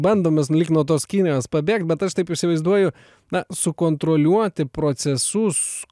bandom mes lyg nuo tos kinijos pabėgt bet aš taip įsivaizduoju na sukontroliuoti procesus